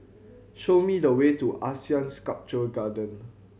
show me the way to ASEAN Sculpture Garden